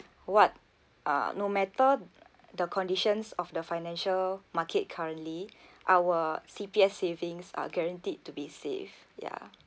what uh no matter the conditions of the financial market currently our C_P_F savings are guaranteed to be safe ya